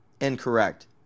incorrect